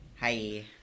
Hi